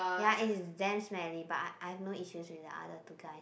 ya and it damn smelly but I I have no issues with the other two guy